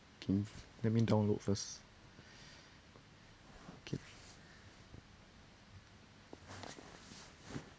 okay let me download first okay